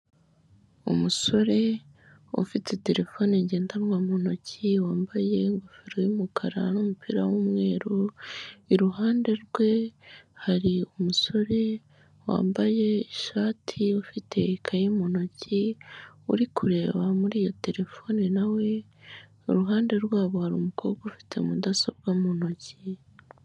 Umusore ufite terefone ngendanwa mu ntoki wambaye ingofero y'umukara n'umupira w'umweru, i ruhande rwe hari umusore wambaye ishati ufite ikaye mu ntoki uri kureba muri iyo terefone, nawe i ruhande rwabo hari umukobwa ufite mudasobwa mu ntoki.